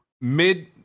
mid